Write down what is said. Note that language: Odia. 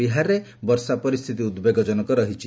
ବିହାରରେ ମଧ୍ୟ ବର୍ଷା ପରିସ୍ଥିତି ଉଦ୍ବେଗଜନକ ରହିଛି